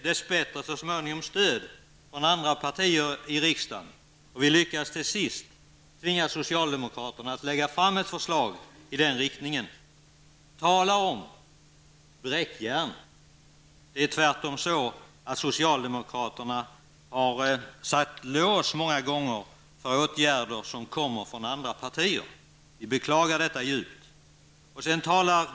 Dessbättre fick vi så småningom stöd från andra partier i riksdagen, och till sist lyckades vi tvinga socialdemokraterna att lägga fram ett förslag i den riktningen. Tala om bräckjärn! Socialdemokraterna har tvärtom många gånger satt lås för åtgärder som föreslagits av andra partier. Vi beklagar detta djupt.